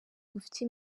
gufite